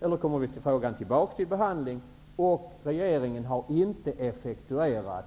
Nu kommer frågan åter upp till behandling, men regeringen har inte effektuerat